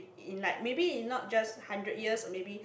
in like maybe in not just hundred years maybe